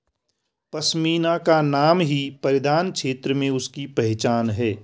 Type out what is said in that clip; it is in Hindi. पशमीना का नाम ही परिधान क्षेत्र में उसकी पहचान है